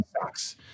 sucks